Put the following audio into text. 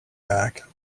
back